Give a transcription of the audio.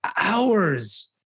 hours